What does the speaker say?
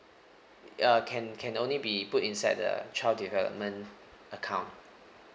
uh can can only be put inside the child development account